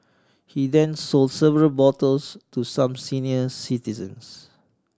he then sold several bottles to some senior citizens